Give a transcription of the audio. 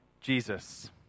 Jesus